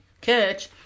catch